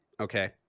okay